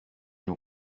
nous